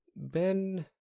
Ben